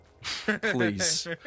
Please